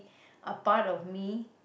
a part of me